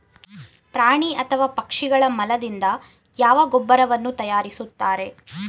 ಪ್ರಾಣಿ ಅಥವಾ ಪಕ್ಷಿಗಳ ಮಲದಿಂದ ಯಾವ ಗೊಬ್ಬರವನ್ನು ತಯಾರಿಸುತ್ತಾರೆ?